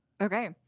Okay